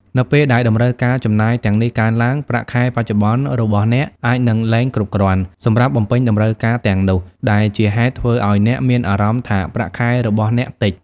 នៅពេលដែលតម្រូវការចំណាយទាំងនេះកើនឡើង ប្រាក់ខែបច្ចុប្បន្នរបស់អ្នកអាចនឹង លែងគ្រប់គ្រាន់ សម្រាប់បំពេញតម្រូវការទាំងនោះ ដែលជាហេតុធ្វើឲ្យអ្នកមានអារម្មណ៍ថាប្រាក់ខែរបស់អ្នក តិច។